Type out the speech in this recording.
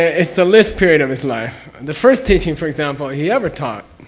it's the list period of his life. the first teaching for example, he ever taught